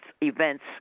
Events